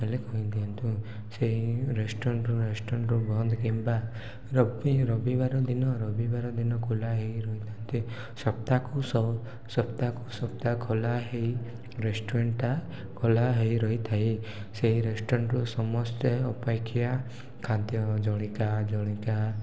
ବୋଲେ କହି ଦିଅନ୍ତୁ ସେଇ ରେଷ୍ଟୁରାଣ୍ଟରୁ ରେଷ୍ଟୁରାଣ୍ଟରୁ ବନ୍ଦ କିମ୍ବା ରବି ରବିବାର ଦିନ ରବିବାର ଦିନ ଖୋଲା ହେଇ ରହିଥାନ୍ତି ସପ୍ତାହକୁ ସ ସପ୍ତାହକୁ ସପ୍ତାହ ଖୋଲା ହେଇ ରେଷ୍ଟୁରାଣ୍ଟଟା ଖୋଲା ହେଇ ରହିଥାଏ ସେହି ରେଷ୍ଟୁରାଣ୍ଟରୁ ସମସ୍ତେ ଅପେକ୍ଷା ଖାଦ୍ୟ ଜଳିଖିଆ ଜଳିଖିଆ